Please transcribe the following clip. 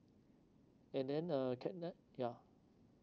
and then uh can uh yeah